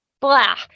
Blah